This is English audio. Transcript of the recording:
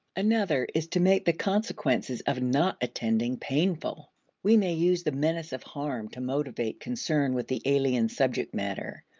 another is to make the consequences of not attending painful we may use the menace of harm to motivate concern with the alien subject matter.